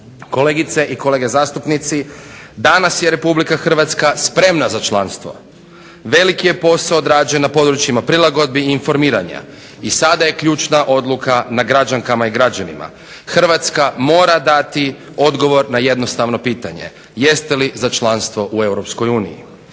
Kolegice i kolege zastupnici, danas je Republika Hrvatska spremna za članstvo. Veliki je posao odrađen na područjima prilagodbi i informiranja i sada je ključna odluka na građankama i građanima. Hrvatska mora dati odgovor na jednostavno pitanje: jeste li za članstvo u